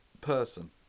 person